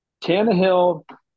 Tannehill